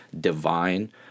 divine